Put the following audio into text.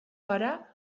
gara